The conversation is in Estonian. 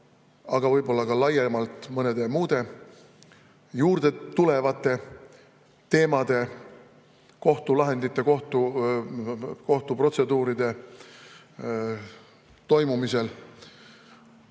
aga võib-olla ka laiemalt mõnede muude juurde tulevate teemade, kohtulahendite, kohtuprotseduuride toimumisel.Me